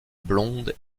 blondes